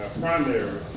primary